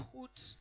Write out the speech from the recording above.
put